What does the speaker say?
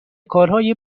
کارهای